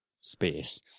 Space